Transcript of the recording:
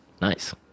Nice